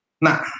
Nah